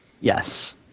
Yes